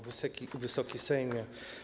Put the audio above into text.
Wysoki Sejmie!